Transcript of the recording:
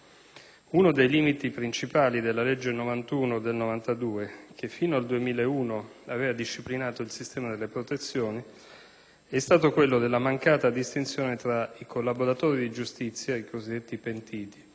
Uno dei limiti principali della legge n. 91 del 1992, che fino al 2001 aveva disciplinato il sistema delle protezioni, è stato quello della mancata distinzione tra i collaboratori di giustizia - i cosiddetti pentiti